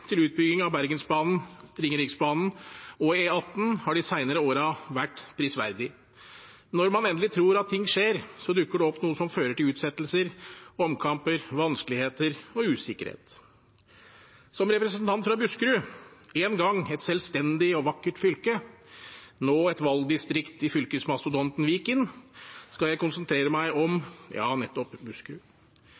til utbygging av Bergensbanen/Ringeriksbanen og E16 de senere årene har vært prisverdig. Men når man endelig tror at ting skjer, dukker det opp noe som fører til utsettelser, omkamper, vanskeligheter og usikkerhet. Som representant fra Buskerud, en gang et selvstendig og vakkert fylke, nå et valgdistrikt i fylkesmastodonten Viken, skal jeg konsentrere meg om,